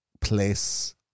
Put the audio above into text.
place